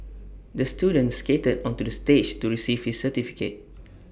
the student skated onto the stage to receive his certificate